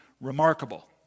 remarkable